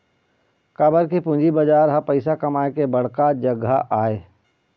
काबर के पूंजी बजार ह पइसा कमाए के बड़का जघा आय